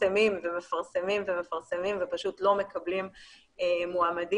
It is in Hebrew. מפרסמים ומפרסמים ומפרסמים ופשוט לא מקבלים מועמדים.